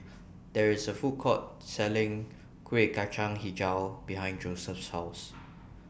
There IS A Food Court Selling Kueh Kacang Hijau behind Joseph's House